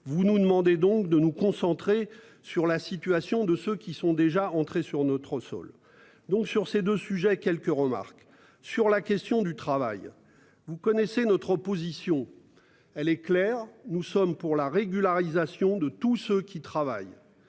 vous nous demandez donc de nous concentrer sur la situation de ceux qui sont déjà entrés sur notre sol. Donc sur ces 2 sujets quelques remarques sur la question du travail. Vous connaissez notre position, elle est claire, nous sommes pour la régularisation de tous ceux qui travaillent.